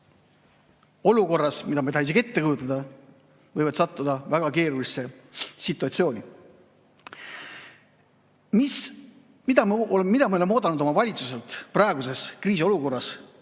olukorras, mida ma ei taha isegi ette kujutada, võivad sattuda väga keerulisse situatsiooni. Mida me oleme oodanud oma valitsuselt praeguses kriisiolukorras,